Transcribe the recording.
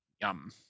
Yum